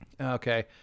Okay